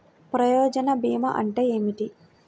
ప్రయోజన భీమా అంటే ఏమిటి?